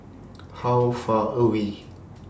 How Far away